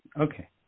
Okay